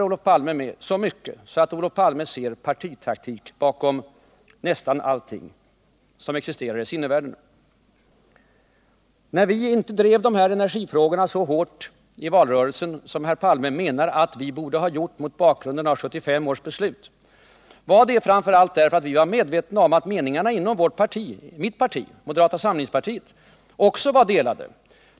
Olof Palme lever så mycket med partitaktik att han ser partitaktik bakom nästan allting som existerar i sinnevärlden. När vi inte drev energifrågorna så hårt i valrörelsen som Olof Palme menar att vi borde ha gjort mot bakgrunden av 1975 års beslut, berodde det framför allt på att vi var medvetna om att meningarna också inom moderata samlingspartiet var delade.